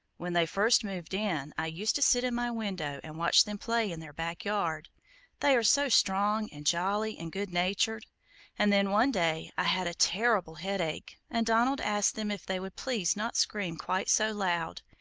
when they first moved in, i used to sit in my window and watch them play in their backyard they are so strong, and jolly, and good-natured and then, one day, i had a terrible headache, and donald asked them if they would please not scream quite so loud,